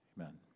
amen